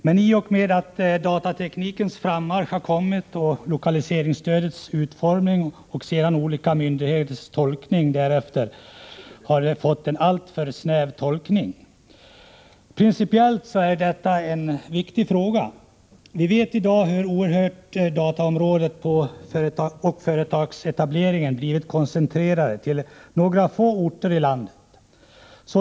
Men i och med datateknikens frammarsch har lokaliseringsstödets utformning fått en alltför snäv tolkning hos olika myndigheter. Detta är en viktig principiell fråga. Vi vet hur företagsetableringen på dataområdet blivit koncentrerad till några få orter i landet.